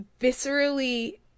viscerally